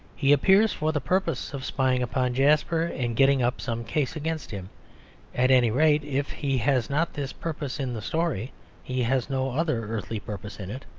he appears for the purpose of spying upon jasper and getting up some case against him at any rate, if he has not this purpose in the story he has no other earthly purpose in it.